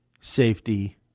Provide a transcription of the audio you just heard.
safety